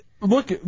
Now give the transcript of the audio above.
Look